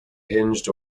hinged